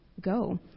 go